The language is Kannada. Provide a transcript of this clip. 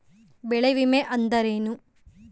ಬೆಳೆ ವಿಮೆ ಅಂದರೇನು?